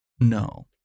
No